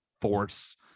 force